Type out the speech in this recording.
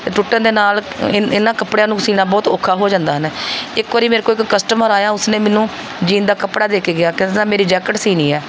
ਅਤੇ ਟੁੱਟਣ ਦੇ ਨਾਲ ਇਹ ਇਹਨਾਂ ਕੱਪੜਿਆਂ ਨੂੰ ਸਿਉਂਣਾ ਬਹੁਤ ਔਖਾ ਹੋ ਜਾਂਦਾ ਹਨ ਇੱਕ ਵਾਰ ਮੇਰੇ ਕੋਲ ਇੱਕ ਕਸਟਮਰ ਆਇਆ ਉਸਨੇ ਮੈਨੂੰ ਜੀਨ ਦਾ ਕੱਪੜਾ ਦੇ ਕੇ ਗਿਆ ਕਹਿੰਦਾ ਮੇਰੀ ਜੈਕਟ ਸਿਉਂਣੀ ਹੈ